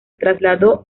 trasladó